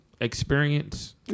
experience